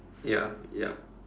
ya ya